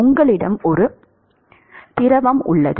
உங்களிடம் ஒரு திரவம் உள்ளது